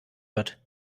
wird